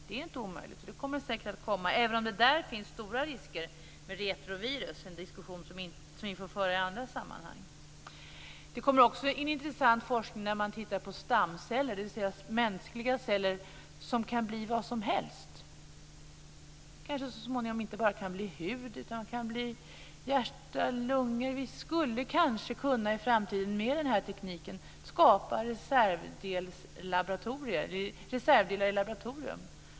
Det är inte omöjligt, det kommer säkert att komma, även om det där finns stora risker med retrovirus, en diskussion som vi får föra i andra sammanhang. Det kommer också en intressant forskning om stamceller, dvs. mänskliga celler, som kan bli vad som helst, som kanske så småningom inte bara kan bli hud utan hjärta, lungor. Vi skulle kanske i framtiden med den här tekniken kunna skapa reservdelar i laboratorium.